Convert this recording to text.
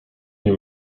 nie